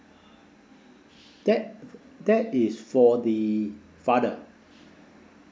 that that is for the father